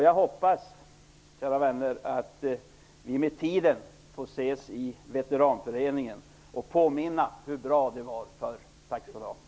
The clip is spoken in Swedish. Jag hoppas, kära vänner, att vi med tiden får ses i Veteranföreningen och påminna varandra om hur bra det var förr. Tack skall ni ha.